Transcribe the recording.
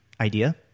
Idea